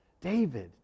David